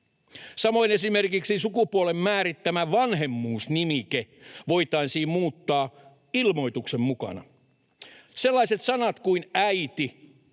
Samoin esimerkiksi sukupuolen määrittämä vanhemmuusnimike voitaisiin muuttaa ilmoituksen mukana. Sellaiset sanat kuin ”äiti”,